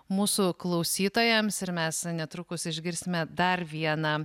mūsų klausytojams ir mes netrukus išgirsime dar vieną